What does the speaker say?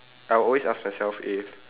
I will always ask myself if